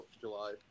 July